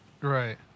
Right